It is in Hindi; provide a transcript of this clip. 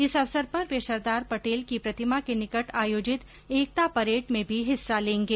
इस अवसर पर वे सरदार पटेल की प्रतिमा के निकट आयोजित एकता परेड में भी हिस्सा लेंगे